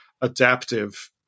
adaptive